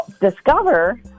discover